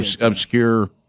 obscure